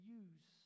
use